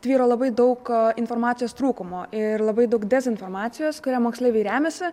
tvyro labai daug informacijos trūkumo ir labai daug dezinformacijos kuria moksleiviai remiasi